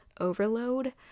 overload